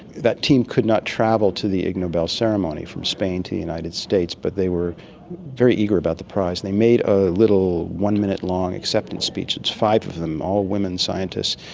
that team could not travel to the ig nobel ceremony from spain to the united states but they were very eager about the prize. they made a little one-minute-long acceptance speech, five of them, all women scientists,